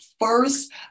first